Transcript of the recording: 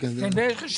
אני לא יודע לומר של